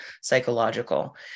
psychological